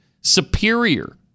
superior